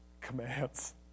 commands